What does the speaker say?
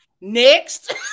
Next